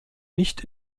nicht